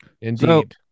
Indeed